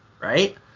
right